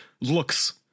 looks